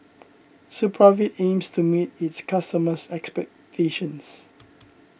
Supravit aims to meet its customers' expectations